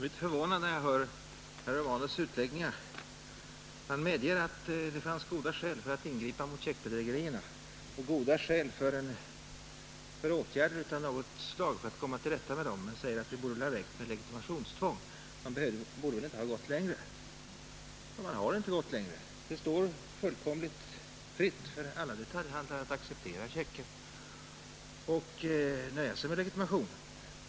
Herr talman! Jag blir något förvånad när jag hör herr Romanus” utläggningar. Han medger att det fanns goda skäl att ingripa mot checkbedrägerierna och vidta åtgärder av något slag för att komma till rätta med dem. Han säger att det borde ha räckt med legitimation. Man borde inte ha gått längre. Ja, man har inte gått längre! Det står fullkomligt fritt för alla detaljhandlare att acceptera checken och nöja sig med legitimation.